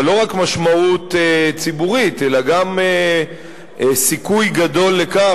אבל לא רק משמעות ציבורית אלא גם סיכוי גדול לכך,